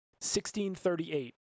1638